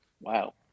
Wow